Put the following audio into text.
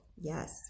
Yes